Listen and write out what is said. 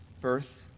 Birth